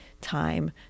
time